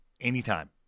anytime